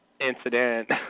incident